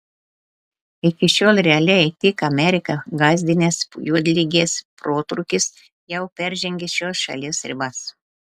iki šiol realiai tik ameriką gąsdinęs juodligės protrūkis jau peržengė šios šalies ribas